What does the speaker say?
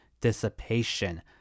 dissipation